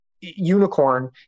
unicorn